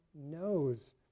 knows